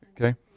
Okay